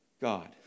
God